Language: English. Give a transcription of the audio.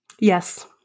Yes